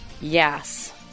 yes